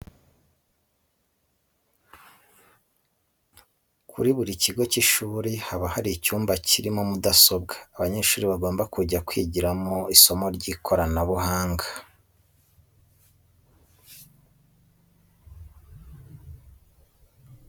Kuri buri kigo cy'ishuri haba hari icyumba kirimo mudasobwa abanyeshuri bagomba kujya kwigiraho isomo ry'ikoranabuhanga. Kimwe mu bintu bigaragaza ko uburezi bwo mu Rwanda bumaze kugera ku kigero gushimishije, ni uko usanga kuri buri kigo cy'ishuri icyo cyumba guhari.